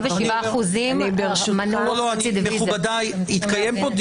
87% --- לא, לא.